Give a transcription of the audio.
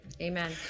Amen